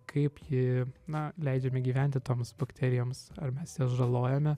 kaip ji na leidžiame gyventi toms bakterijoms ar mes jas žalojame